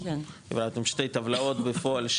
העברתם שתי טבלאות בפועל,